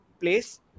place